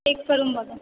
check करून बघा